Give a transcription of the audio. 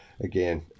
again